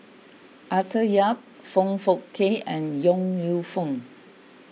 Arthur Yap Foong Fook Kay and Yong Lew Foong